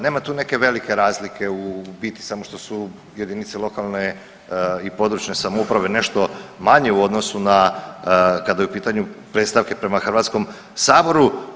Nema tu neke velike razlike u biti samo što su jedinice lokalne i područne samouprave nešto manje u odnosu na kada je u pitanju predstavke prema Hrvatskom saboru.